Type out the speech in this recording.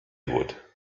would